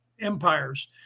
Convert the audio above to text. empires